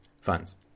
funds